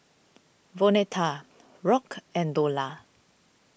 Vonetta Rock and Dorla